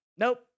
Nope